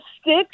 stick